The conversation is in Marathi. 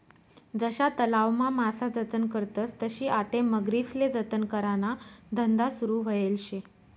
जशा तलावमा मासा जतन करतस तशी आते मगरीस्ले जतन कराना धंदा सुरू व्हयेल शे